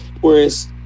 Whereas